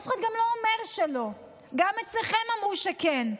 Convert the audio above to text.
אף אחד גם לא אומר שלא, גם אצלכם אמרו שכן.